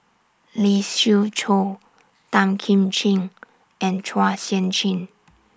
Lee Siew Choh Tan Kim Ching and Chua Sian Chin